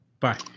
Bye